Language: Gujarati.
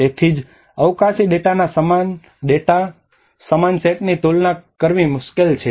તેથી તે જ અવકાશી ડેટાના સમાન સેટની તુલના કરવી મુશ્કેલ છે